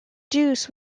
deuce